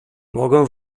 mogą